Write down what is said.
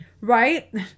right